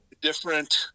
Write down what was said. different